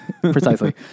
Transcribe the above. Precisely